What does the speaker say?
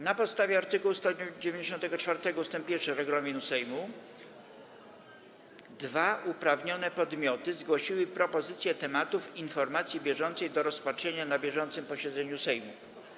Na podstawie art. 194 ust. 1 regulaminu Sejmu dwa uprawnione podmioty zgłosiły propozycje tematów informacji bieżącej do rozpatrzenia na bieżącym posiedzeniu Sejmu.